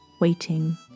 waiting